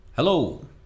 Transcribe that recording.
Hello